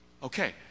Okay